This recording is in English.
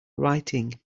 writing